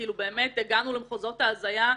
כאילו באמת הגענו למחוזות ההזיה,